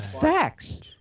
facts